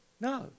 No